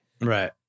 Right